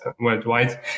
worldwide